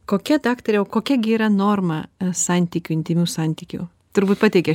kokia daktare o kokia gi yra norma santykių intymių santykių turbūt pateikia